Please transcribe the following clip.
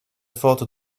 fortes